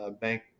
bank